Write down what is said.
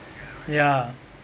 ya